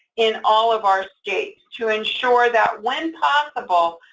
in all of our states, to ensure that, when possible,